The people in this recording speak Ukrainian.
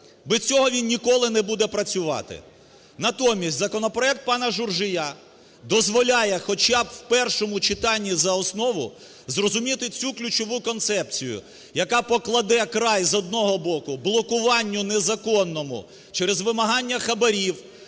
Без цього він ніколи не буде працювати. Натомість законопроект пана Журжія дозволяє хоча би в першому читанні за основу зрозуміти цю ключову концепцію, яка покладе край з одного боку блокуванню незаконному через вимагання хабарів